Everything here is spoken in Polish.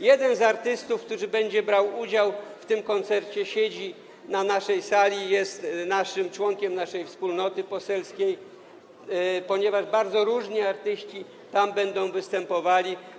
Jeden z artystów, który będzie brał udział w tym koncercie, siedzi na naszej sali, jest członkiem naszej wspólnoty poselskiej, ponieważ bardzo różni artyści tam będą występowali.